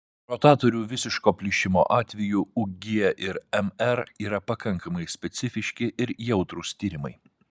rotatorių visiško plyšimo atveju ug ir mr yra pakankamai specifiški ir jautrūs tyrimai